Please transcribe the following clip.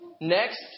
Next